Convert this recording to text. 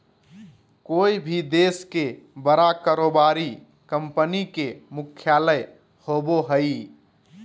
कोय भी देश के बड़ा कारोबारी कंपनी के मुख्यालय होबो हइ